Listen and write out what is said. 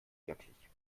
wirklich